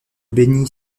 beni